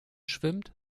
schwimmt